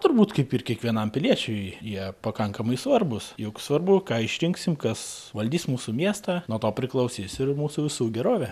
turbūt kaip ir kiekvienam piliečiui jie pakankamai svarbūs juk svarbu ką išrinksim kas valdys mūsų miestą nuo to priklausys ir mūsų visų gerovė